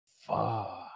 Fuck